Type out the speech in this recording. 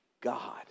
God